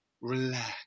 relax